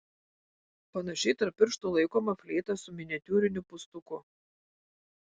panašiai tarp pirštų laikoma fleita su miniatiūriniu pūstuku